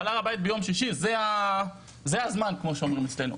אבל הר הבית ביום שישי זה הזמן כמו שאומרים אצלנו.